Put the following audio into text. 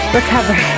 recover